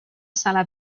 sala